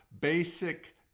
basic